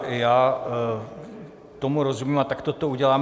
Já tomu rozumím a takto to uděláme.